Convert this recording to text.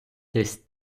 десь